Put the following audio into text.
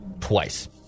twice